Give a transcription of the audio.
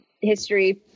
history